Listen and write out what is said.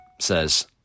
says